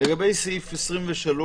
לגבי סעיף 23(1),